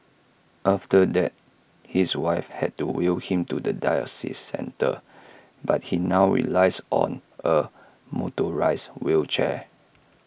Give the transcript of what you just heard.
after that his wife had to wheel him to the dialysis centre but he now relies on A motorised wheelchair